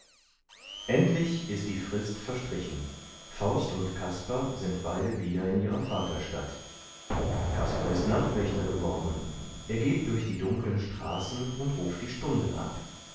endlich ist die frist verstrichen faust und kasper sind beide wieder in ihrer vaterstadt kasper ist nachtwächter geworden er geht durch die dunkeln straßen und ruft die stunden ab